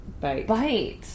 Bite